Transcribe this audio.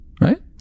Right